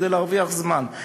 כדי להרוויח זמן,